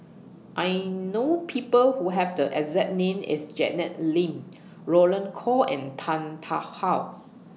I know People Who Have The exact name as Janet Lim Roland Goh and Tan Tarn How